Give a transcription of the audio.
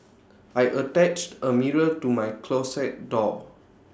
I attached A mirror to my closet door